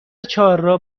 چهارراه